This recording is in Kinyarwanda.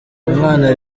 umwana